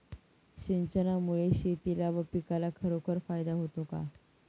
सिंचनामुळे शेतीला व पिकाला खरोखर फायदा होतो का?